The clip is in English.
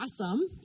awesome